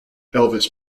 elvis